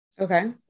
Okay